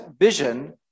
vision